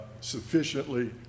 sufficiently